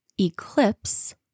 Eclipse